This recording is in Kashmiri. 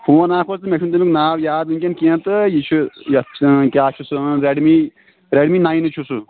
فون اَکھ اوس تہٕ مےٚ چھُنہٕ تَمیُک ناو یاد وٕنکٮ۪ن کینٛہہ تہٕ یہِ چھُ یَتھ کیٛاہ چھُ سُہ ریڈمی ریڈمی ناینٕے چھُ سُہ